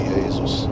Jesus